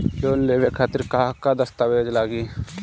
Loan लेवे खातिर का का दस्तावेज लागी?